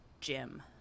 Jim